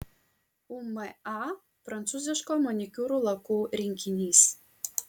uma prancūziško manikiūro lakų rinkinys